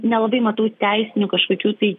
nelabai matau teisinių kažkokių tai